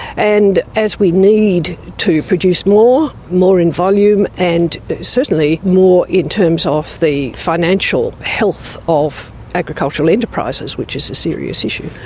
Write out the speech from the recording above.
and as we need to produce more, more in volume and certainly more in terms of the financial health of agricultural enterprises, which is a serious issue,